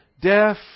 deaf